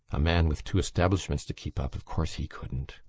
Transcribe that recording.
a man with two establishments to keep up, of course he couldn't.